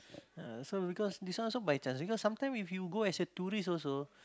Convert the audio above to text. ah so because this one also by chance because sometime if you go as a tourist also